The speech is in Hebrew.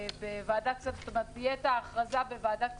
תהיה הכרזה בוועדת כספים,